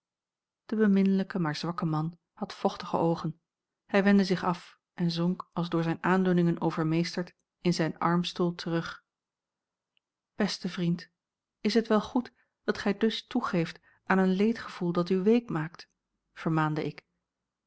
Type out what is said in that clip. de beminlijke maar zwakke man had vochtige oogen hij wendde zich af en zonk als door zijne aandoeningen overmeesterd in zijn armstoel terug beste vriend is het wel goed dat gij dus toegeeft aan een leedgevoel dat u week maakt vermaande ik